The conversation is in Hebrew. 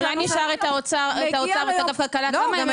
אולי נשאל את אגף כלכלה באוצר כמה ימי